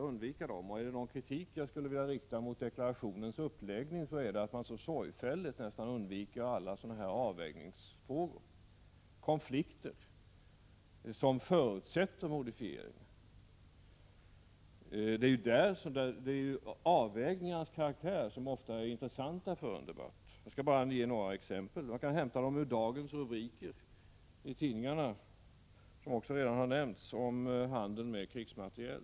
Är det någon kritik jag skulle vilja rikta mot deklarationens uppläggning, är det att man så sorgfälligt undviker alla dessa avvägningsfrågor och konflikter som förutsätter modifieringar. Det är ju avvägningarnas karaktär som ofta är intressanta för en debatt. Jag skall bara ge några exempel, och jag kan hämta dem från dagens rubriker i tidningarna om handeln med krigsmateriel.